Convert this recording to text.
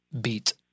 beat